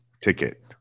ticket